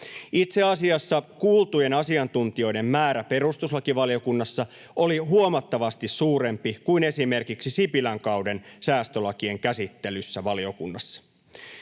Itse asiassa kuultujen asiantuntijoiden määrä perustuslakivaliokunnassa oli huomattavasti suurempi kuin esimerkiksi Sipilän kauden säästölakien käsittelyssä valiokunnassa.